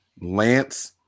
Lance